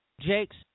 Jake's